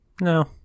no